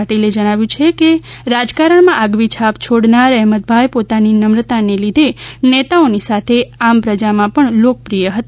પાટિલે જણાવ્યુ છે કે રાજકારણ માં આગવી છાપ છોડનાર અહમેદભાઇ પોતાની નમ્રતાને લીધે નેતાઓની સાથે આમ પ્રજામાં પણ લોકપ્રિય હતા